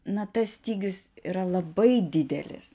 na tas stygius yra labai didelis